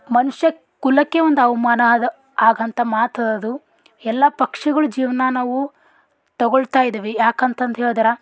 ಮನುಷ್ಯ ಕುಲಕ್ಕೆ ಒಂದು ಅವಮಾನ ಅದು ಹಾಗಂತ ಮಾತು ಅದು ಎಲ್ಲ ಪಕ್ಷಿಗಳ ಜೀವನ ನಾವು ತಗೊಳ್ತಾಯಿದ್ದೀವಿ ಯಾಕಂತಂದು ಹೇಳಿದ್ರ